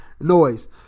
noise